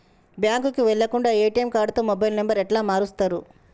బ్యాంకుకి వెళ్లకుండా ఎ.టి.ఎమ్ కార్డుతో మొబైల్ నంబర్ ఎట్ల మారుస్తరు?